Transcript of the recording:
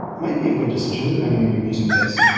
might be a good decision depending on your music taste,